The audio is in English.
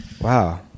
Wow